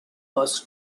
was